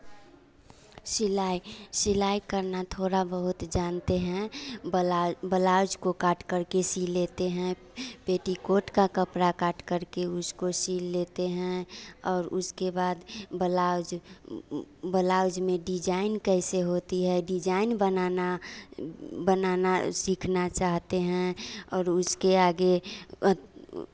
सिलाई सिलाई करना थोड़ा बहुत जानते हैं ब्लाउज़ ब्लाउज़ को काट करके सिल लेते हैं पेटीकोट का कपड़ा काट करके उसको सिल लेते हैं और उसके बाद ब्लाउज़ ब्लाउज़ में डिज़ाइन कैसे होती है डिज़ाइन बनाना बनाना सीखना चाहते हैं और उसके आगे